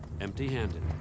empty-handed